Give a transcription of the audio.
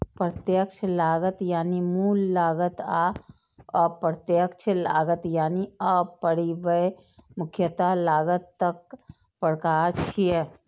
प्रत्यक्ष लागत यानी मूल लागत आ अप्रत्यक्ष लागत यानी उपरिव्यय मुख्यतः लागतक प्रकार छियै